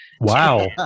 Wow